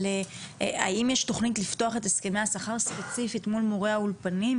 אבל האם יש תכנית לפתוח את הסכמי השכר ספציפית מול מורי האולפנים,